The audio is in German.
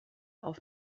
auf